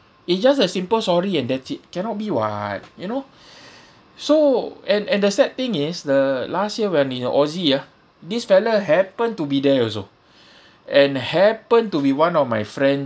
it's just a simple sorry and that's it cannot be [what] you know so and and the sad thing is the last year when in uh oz ah this fella happen to be there also and happen to be one of my friend's